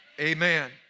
Amen